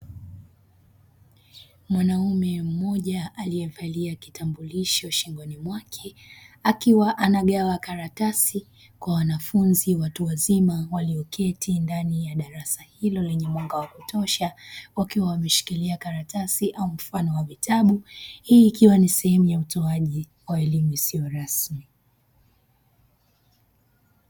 Mwanaume mmoja alievalia kitambulisho shingoni mwake akiwa anagawa karatasi kwa wanfunzi watu wazima walioketi ndani ya darasa hilo lenye mwanga wa kutosha wakiwa wameshikilia karatsi au mfano wa vitabu, hii ikiwa ni sehemu ya utoaji wa elimu isiyo rasmi.